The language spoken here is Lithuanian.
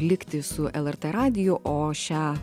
likti su lrt radiju o šią